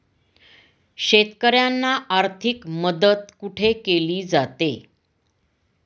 शेतकऱ्यांना आर्थिक मदत कुठे केली जाते?